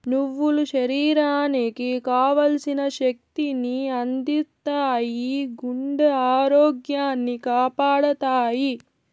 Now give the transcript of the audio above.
నువ్వులు శరీరానికి కావల్సిన శక్తి ని అందిత్తాయి, గుండె ఆరోగ్యాన్ని కాపాడతాయి